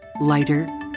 Lighter